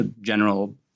general